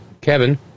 Kevin